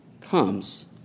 comes